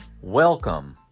welcome